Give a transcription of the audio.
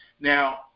Now